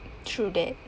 true that